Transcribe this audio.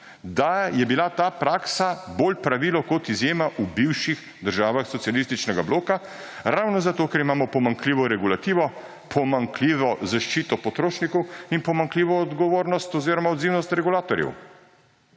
da je bila ta praksa bolj pravilo kot izjema v bivših državah socialističnega bloka ravno zato, ker imamo pomanjkljivo regulativo, pomanjkljivo zaščito potrošnikov in pomanjkljivo odgovornost oziroma odzivnost regulatorjev.